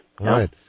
right